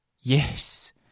Yes